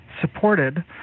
supported